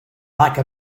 like